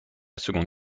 seconde